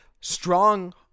strong